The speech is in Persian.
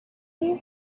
این